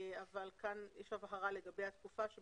כאן יש הבהרה לגבי התקופה כאשר